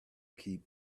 keep